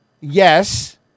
Yes